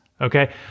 okay